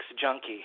junkie